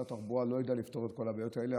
משרד התחבורה לא יודע לפתור את כל הבעיות האלה,